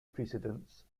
precedents